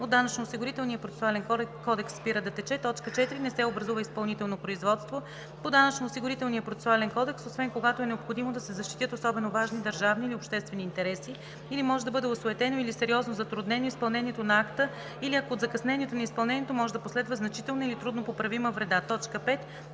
от Данъчно-осигурителния процесуален кодекс спира да тече; 4. не се образува изпълнително производство по Данъчно-осигурителния процесуален кодекс, освен когато е необходимо да се защитят особено важни държавни или обществени интереси, или може да бъде осуетено или сериозно затруднено изпълнението на акта или ако от закъснението на изпълнението може да последва значителна или трудно поправима вреда; 5.